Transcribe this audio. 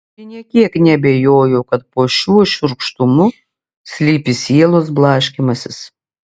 ji nė kiek neabejojo kad po šiuo šiurkštumu slypi sielos blaškymasis